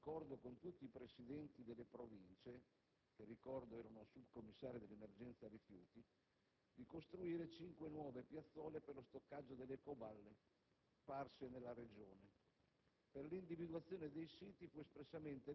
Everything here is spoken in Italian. il commissario Pansa decise, d'accordo con tutti i Presidenti delle Province (che, lo ricordo, erano i subcommissari per l'emergenza rifiuti) di costruire cinque nuove piazzole per lo stoccaggio delle ecoballe sparse nella Regione.